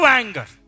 anger